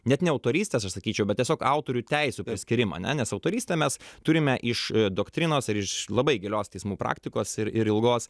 net ne autorystės aš sakyčiau bet tiesiog autorių teisių skyrimą ane nes autorystę mes turime iš doktrinos ir iš labai gilios teismų praktikos ir ir ilgos